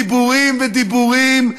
דיבורים ודיבורים,